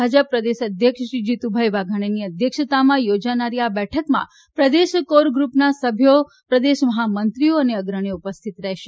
ભાજપ પ્રદેશ અધ્યક્ષ શ્રી જીતુભાઇ વાઘાણીની અધ્યક્ષતામાં યોજાનારી આ બેઠકમાં પ્રદેશ કોર ગ્રુપના સભ્યો પ્રદેશ મહામંત્રીઓ અને અગ્રણીઓ ઉપસ્થિત રહેશે